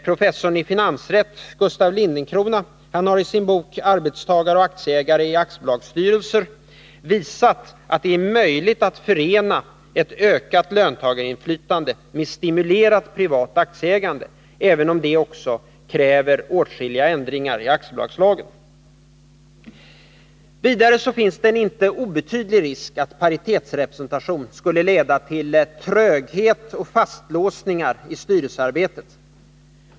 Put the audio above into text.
Professorn i finansrätt Gustaf Lindencrona har i sin bok Arbetstagare och aktieägare i aktiebolagsstyrelser visat att det är möjligt att förena ett ökat löntagarinflytande med stimulerat privat aktieägande, även om det också kräver åtskilliga ändringar i aktiebolagslagen. Det finns vidare en icke obetydlig risk att paritetsrepresentation skulle leda till tröghet och fastlåsningar i styrelsearbetet.